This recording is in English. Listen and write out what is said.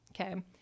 okay